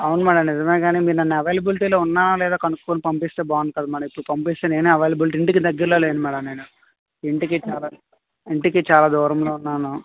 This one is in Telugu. అవును మేడం నిజమే కానీ మీరు నేను అవైలబిలిటీ లో ఉన్నానో లేనో కనుక్కొని పంపిస్తే బావుంటుంది మేడం ఇప్పుడు పంపిస్తే నేనే అవైలబిలిటీ ఇంటికి దగ్గరలో లేను మేడం నేను ఇంటికి చాలా ఇంటికి చాలా దూరంలో ఉన్నాను